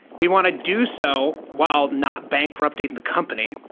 we want to do so while not bankrupting the company,